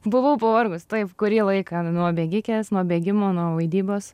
buvau pavargus taip kurį laiką nuo bėgikės nuo bėgimo nuo vaidybos